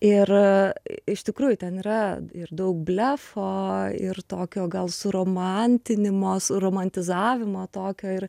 ir iš tikrųjų ten yra ir daug blefo ir tokio gal suromantinimo suromantizavimo tokio ir